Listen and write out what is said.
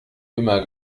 immer